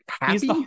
happy